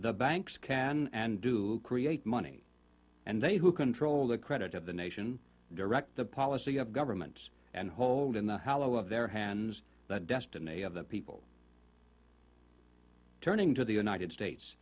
the banks can and do create money and they who control the credit of the nation direct the policy of government and hold in the hollow of their hands that destiny of the people turning to the united states